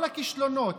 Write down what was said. כל הכישלונות,